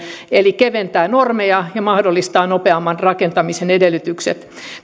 eli keventää normeja ja mahdollistaa nopeamman rakentamisen edellytykset